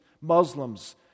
Muslims